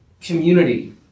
community